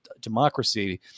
democracy